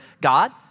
God